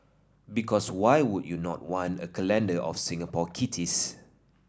because why would you not want a calendar of Singaporean kitties